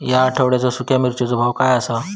या आठवड्याचो सुख्या मिर्चीचो भाव काय आसा?